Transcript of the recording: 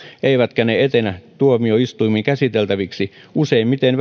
eivätkä ne etene tuomioistuimien käsiteltäviksi useimmiten